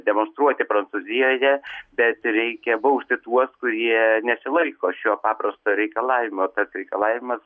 demonstruoti prancūzijoje bet reikia bausti tuos kurie nesilaiko šio paprasto reikalavimo reikalavimas